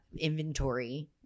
inventory